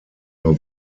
nur